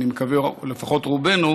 אני מקווה שלפחות רובנו,